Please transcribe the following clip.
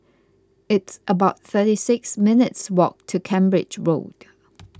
it's about thirty six minutes' walk to Cambridge Road